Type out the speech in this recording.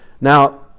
Now